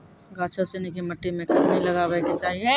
गाछो सिनी के मट्टी मे कखनी लगाबै के चाहि?